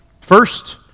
First